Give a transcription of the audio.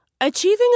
Achieving